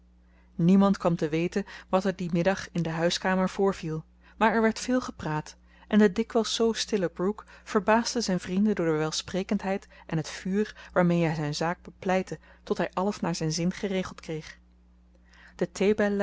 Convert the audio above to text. niemand kwam te weten wat er dien middag in de huiskamer voorviel maar er werd veel gepraat en de dikwijls zoo stille brooke verbaasde zijn vrienden door de welsprekendheid en het vuur waarmee hij zijn zaak bepleitte tot hij alles naar zijn zin geregeld kreeg